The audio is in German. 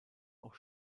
auch